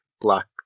black